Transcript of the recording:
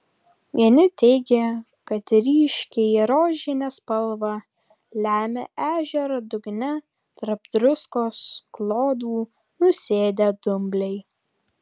vieni teigė kad ryškiai rožinę spalvą lemia ežero dugne tarp druskos klodų nusėdę dumbliai